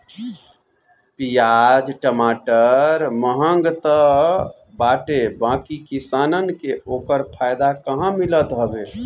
पियाज टमाटर महंग तअ बाटे बाकी किसानन के ओकर फायदा कहां मिलत हवे